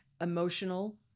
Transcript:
emotional